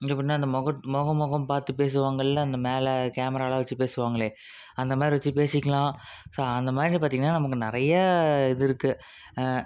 இங்கே எப்படின்னா இந்த முகத் முகம் முகம் பார்த்து பேசுவாங்கள்ல அந்த மேலே கேமராலாம் வச்சு பேசிப்பாங்களே அந்தமாதிரி வச்சி பேசிக்கலாம் ஸோ அந்தமாதிரி பார்த்திங்கன்னா நமக்கு நிறையா இது இருக்குது